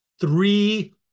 Three